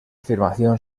afirmación